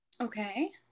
okay